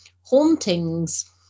Hauntings